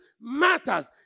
matters